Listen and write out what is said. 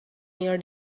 near